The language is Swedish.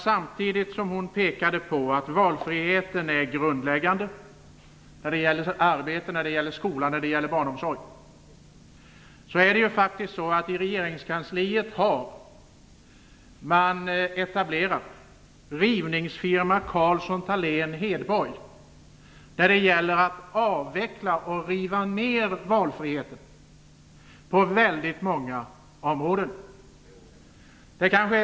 Samtidigt som hon pekade på att valfriheten är grundläggande när det gäller arbete, skola och barnomsorg har man etablerat Rivningsfirma Carlsson, Thalén & Hedborg i regeringskansliet. Det gäller att avveckla och riva ned valfriheten på väldigt många områden.